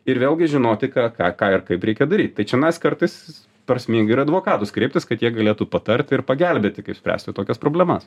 ir vėlgi žinoti ką ką ką ir kaip reikia daryt tai čianais kartais prasminga ir į advokatus kreiptis kad jie galėtų patarti ir pagelbėti kaip spręsti tokias problemas